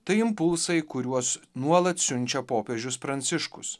tai impulsai kuriuos nuolat siunčia popiežius pranciškus